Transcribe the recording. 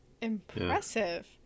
Impressive